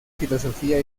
filosofía